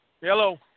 Hello